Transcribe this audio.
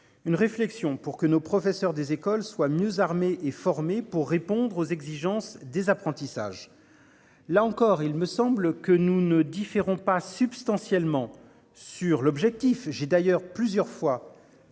Une réflexion pour que nos professeurs des écoles soient mieux armés et formés pour répondre aux exigences désapprentissage. Là encore, il me semble que nous ne différons pas substantiellement sur l'objectif. J'ai d'ailleurs plusieurs fois.